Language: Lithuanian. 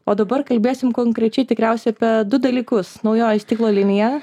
o dabar kalbėsim konkrečiai tikriausia apie du dalykus naujoji stiklo linija